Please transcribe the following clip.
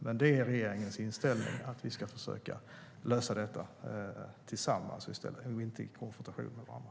Men regeringens inställning är alltså att vi ska försöka lösa detta tillsammans och inte i konfrontation med varandra.